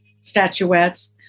statuettes